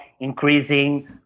increasing